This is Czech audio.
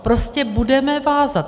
Prostě budeme vázat.